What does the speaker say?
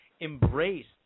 embraced